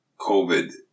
COVID